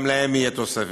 גם להם תהיה תוספת.